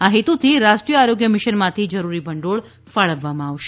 આ હેતુથી રાષ્ટ્રીય આરોગ્ય મીશનમાંથી જરૂરી ભંડોળ ફાળવવામાં આવશે